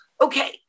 okay